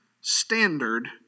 standard